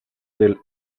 del